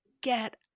get